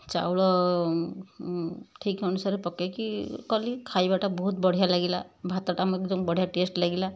ଚାଉଳ ଠିକ ଅନୁସାରରେ ପକେଇକି କଲି ଖାଇବାଟା ବହୁତ ବଢ଼ିଆ ଲାଗିଲା ଭାତଟା ମତେ ଏକଦମ୍ ଟେଷ୍ଟ ଲାଗିଲା